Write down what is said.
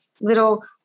little